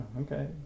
okay